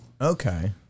okay